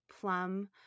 plum